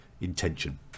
intention